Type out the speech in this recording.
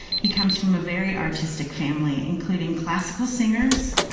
he comes from a very artistic family, including classical singers,